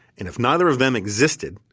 if neither of them existed,